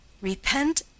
repent